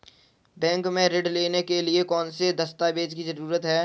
Bank से ऋण लेने के लिए कौन से दस्तावेज की जरूरत है?